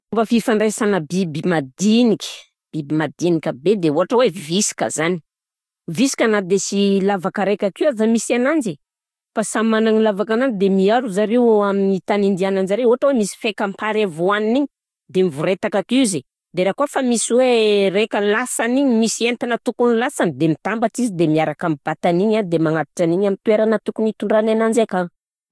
Fomba fifandraisana biby madiniky, biby madinika be de ôhatra hoe visika zany, visika na de sy lavaka raika ake vô misy ananjy fa samy managny lavakananjy de miaro zareo ami tany andiananjareo, ôhatra hoe misy faikam-pary avy hoanigny igny, de mivoretaka akeo izy, de raha kôfa misy hoe raika lasany igny misy entagna tokony lasany de mitambatra izy de miaraka mibata an'igny an de magnatitra an'igny an ami toeragna tokony itondrany ananjy akany.